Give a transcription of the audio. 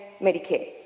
Medicare